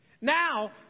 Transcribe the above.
Now